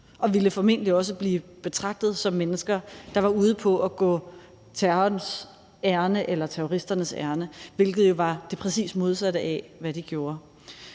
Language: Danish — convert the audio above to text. og formentlig også være blevet betragtet som mennesker, der var ude på at gå terroristernes ærinde, hvilket jo er det præcis modsatte af, hvad de gjorde.